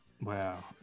Wow